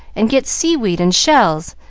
and get sea-weed and shells,